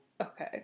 okay